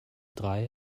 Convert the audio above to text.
drei